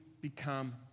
become